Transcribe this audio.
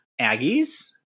Aggies